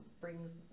brings